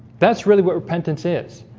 that's really what repentance is.